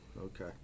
okay